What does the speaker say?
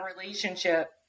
relationship